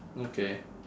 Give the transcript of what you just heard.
okay